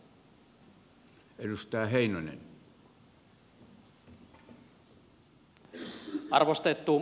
arvostettu puhemies